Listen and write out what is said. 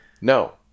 No